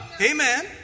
Amen